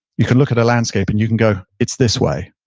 you can look at a landscape and you can go it's this way.